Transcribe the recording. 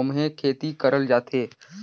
ओम्हे खेती करल जाथे